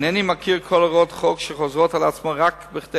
אינני מכיר כל הוראות חוק שחוזרות על עצמן רק כדי